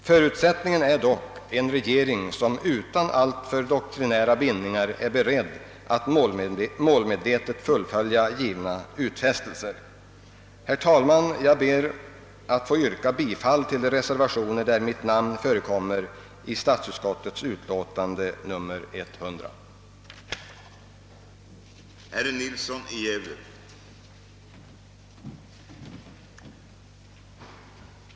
Förutsättningen är dock en regering som utan allt för doktrinära bindningar är beredd att målmedvetet fullfölja givna utfästelser. Herr talman! Jag ber att få yrka bifall till de reservationer vid statsutskottets utlåtande nr 100, vid vilka mitt namn förekommer.